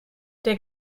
der